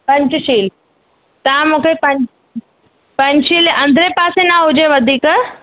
पंचशील तव्हां मूंखे पंच पंचशील जे अंदरि पासे न हुजे वधीक